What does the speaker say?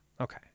Okay